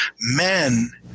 Men